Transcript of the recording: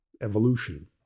evolution